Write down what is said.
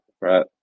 right